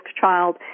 child